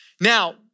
Now